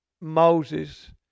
Moses